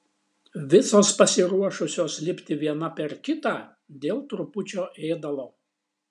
visos pasiruošusios lipti viena per kitą dėl trupučio ėdalo